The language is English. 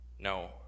No